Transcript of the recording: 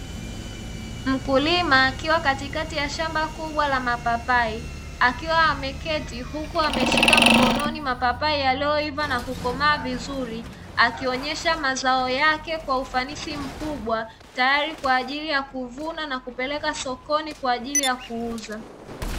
Mkulima akiwa katikati ya shamba kubwa la mapapai. Akiwa ameketi huku ameshika mkononi mapapai yaliyoiva na kukomaa vizuri, akionyesha mazao yake kwa ufanisi mkubwa. Tayari kwa ajili ya kuvuna na kupeleka sokoni kwa ajili ya kuuza.